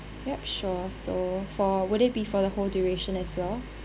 yup sure so for would it be for the whole duration as well